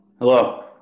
Hello